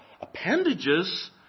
appendages